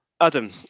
Adam